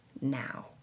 now